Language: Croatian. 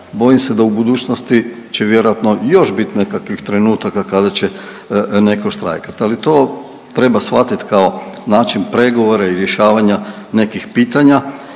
bojim se da u budućnosti će vjerojatno još biti nekakvih trenutaka kada će neko štrajkat, ali to treba svatit kao način pregovora i rješavanja nekih pitanja